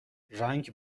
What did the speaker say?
رنگ